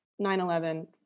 9-11